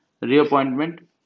reappointment